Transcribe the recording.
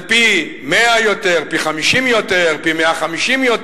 זה פי-100, פי-50, פי-150.